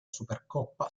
supercoppa